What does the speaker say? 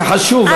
זה חשוב,